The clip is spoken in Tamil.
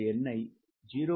866 பார்க்கிறீர்கள்